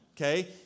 Okay